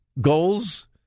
goals